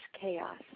chaos